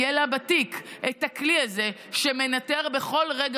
יהיה בתיק את הכלי הזה שמנטר בכל רגע